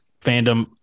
fandom